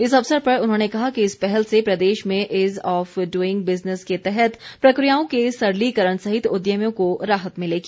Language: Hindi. इस अवसर पर उन्होंने कहा कि इस पहल से प्रदेश में इज ऑफ डूईग बिजनेस के तहत प्रक्रियाओं के सरलीकरण सहित उद्यमियों को राहत मिलेगी